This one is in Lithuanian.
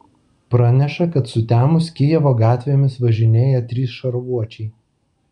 praneša kad sutemus kijevo gatvėmis važinėja trys šarvuočiai